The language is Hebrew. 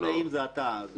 אחד מהם זה אתה.